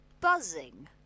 Buzzing